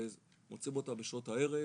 מוצאים אותה בשעות הערב,